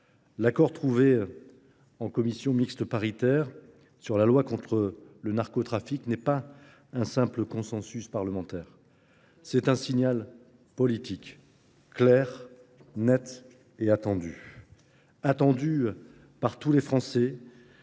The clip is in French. L'accord trouvé En commission mixte paritaire, sur la loi contre le narcotrafique n'est pas un simple consensus parlementaire. C'est un signal politique clair, net et attendu. Attendu par tous les Français